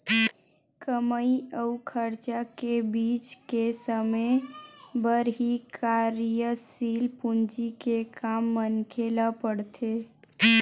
कमई अउ खरचा के बीच के समे बर ही कारयसील पूंजी के काम मनखे ल पड़थे